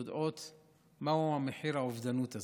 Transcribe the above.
יודע מהו מחיר האובדנות הזאת.